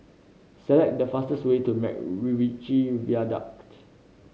select the fastest way to MacRitchie Viaduct